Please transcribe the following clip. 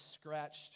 scratched